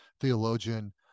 theologian